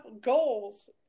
goals